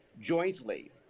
jointly